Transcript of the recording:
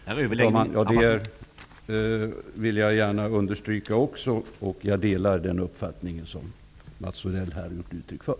Herr talman! Jag vill också gärna understryka det. Jag delar den uppfattning som Mats Odell har givit uttryck för.